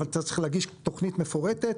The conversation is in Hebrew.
אבל אתה צריך להגיש תוכנית מפורטת,